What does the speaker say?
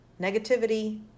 negativity